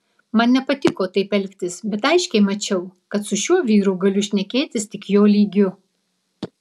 man nepatiko taip elgtis bet aiškiai mačiau kad su šiuo vyru galiu šnekėtis tik jo lygiu